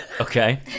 Okay